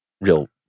Real